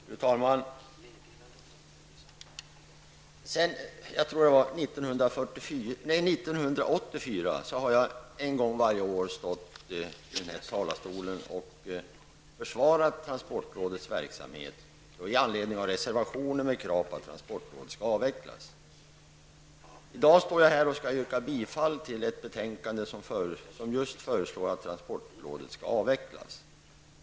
Fru talman! Sedan 1984 har jag en gång varje år stått i den här talarstolen och försvarat transportrådets verksamhet i anledning av reservationer med krav på att transportrådet skall avvecklas. I dag står jag här och skall yrka bifall till hemställan i ett betänkande om att transportrådet skall avvecklas.